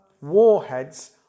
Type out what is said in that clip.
warheads